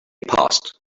passed